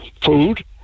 food